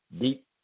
deep